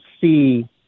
see